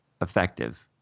effective